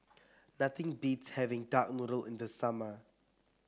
nothing beats having Duck Noodle in the summer